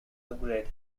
upgrade